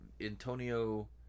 Antonio